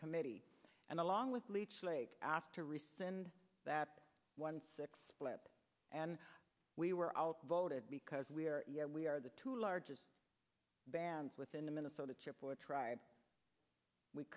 committee and along with leech lake asked to rescind that one six split and we were outvoted because we are we are the two largest bands within the minnesota chip or tribe we